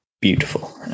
beautiful